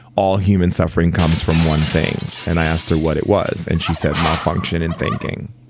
all human suffering comes from one thing. and i asked her what it was. and she said, malfunction in thinking.